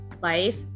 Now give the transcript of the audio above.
life